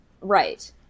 right